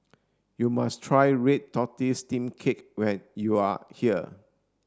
you must try red tortoise steamed cake when you are here